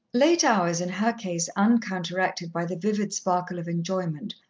late hours, in her case, uncounteracted by the vivid sparkle of enjoyment,